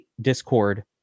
discord